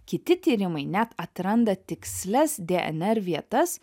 kiti tyrimai net atranda tikslias dnr vietas